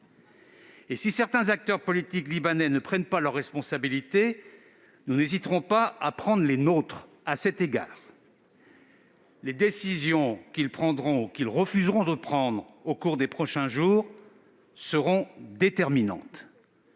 Si certains acteurs politiques libanais ne prennent pas leurs responsabilités, nous n'hésiterons pas à prendre les nôtres. Les décisions qu'ils prendront ou qu'ils refuseront de prendre au cours des prochains jours seront déterminantes.